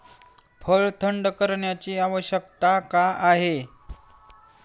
फळ थंड करण्याची आवश्यकता का आहे?